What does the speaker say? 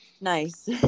Nice